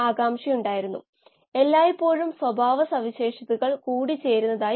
ഇത് നമ്മൾ ഡിറൈവ് ചെയ്തതാണ്